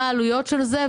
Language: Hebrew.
מה העלויות של זה,